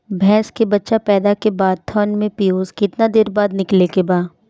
भैंस के बच्चा पैदा के बाद थन से पियूष कितना देर बाद निकले के बा?